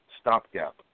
stopgap